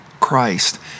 Christ